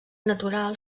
natural